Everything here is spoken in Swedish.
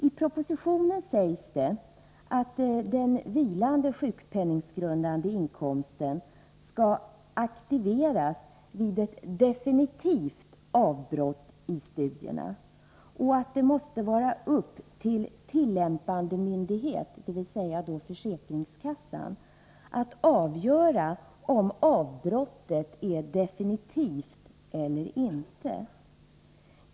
I propositionen sägs att den vilande sjukpenninggrundande inkomsten skall aktiveras vid ett definitivt avbrott i studierna och att det måste ankomma på tillämpande myndighet, dvs. försäkringskassan, att avgöra om avbrottet är definitivt eller inte.